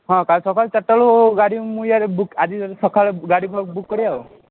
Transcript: ହଁ କାଲି ସକାଳୁ ଚାରଟା ବେଳୁ ଗାଡ଼ି ମୁଁ ଇଆଡ଼େ ବୁକ୍ ଆଜି ସଖାଳେ ଗାଡ଼ି ବୁକ୍ କରିବା ଆଉ